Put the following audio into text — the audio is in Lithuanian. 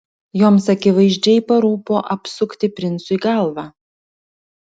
joms akivaizdžiai parūpo apsukti princui galvą